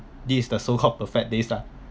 this is the so called perfect days lah